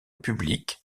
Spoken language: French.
publique